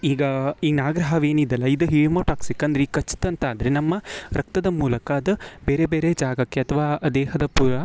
ಈಗ ಈ ನಾಗರ ಹಾವು ಏನದಲ್ಲ ಇದು ಹಿಮೋಟಾಕ್ಸಿಕ್ ಅಂದರೆ ಈಗ ಕಚ್ತು ಅಂತಾದರೆ ನಮ್ಮ ರಕ್ತದ ಮೂಲಕ ಅದು ಬೇರೆ ಬೇರೆ ಜಾಗಕ್ಕೆ ಅಥ್ವಾ ದೇಹದ ಪೂರ